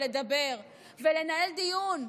לדבר ולנהל דיון?